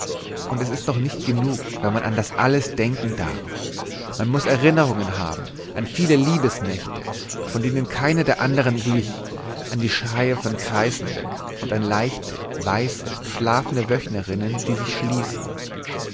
und es ist noch nicht genug wenn man an alles das denken darf man muß erinnerungen haben an viele liebesnächte von denen keine der andern glich an schreie von kreißenden und an leichte weiße schlafende wöchnerinnen die sich schließen